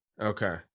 Okay